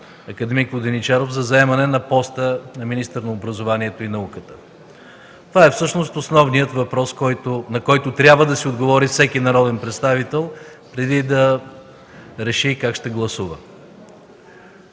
акад. Воденичаров да заеме поста министър на образованието и науката? Това всъщност е основният въпрос, на който трябва да си отговори всеки народен представител, преди да реши как ще гласува.